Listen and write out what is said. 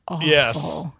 Yes